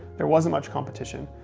there wasn't much competition.